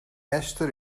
esther